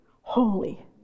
holy